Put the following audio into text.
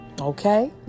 Okay